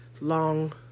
long